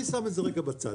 אני שם את זה רגע בצד,